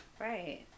right